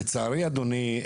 לצערי, אדוני,